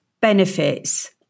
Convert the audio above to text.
benefits